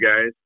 guys